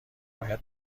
باید